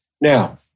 Now